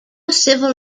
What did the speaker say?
civil